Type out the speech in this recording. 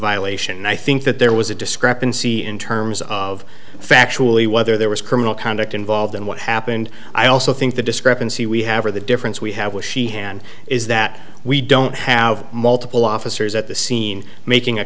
violation and i think that there was a discrepancy in terms of factually whether there was criminal conduct involved in what happened i also think the discrepancy we have or the difference we have with she hand is that we don't have multiple officers at the scene making a